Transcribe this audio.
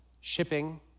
shipping